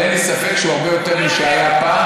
אבל אין לי ספק שהוא הרבה יותר משהיה פעם,